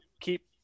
keep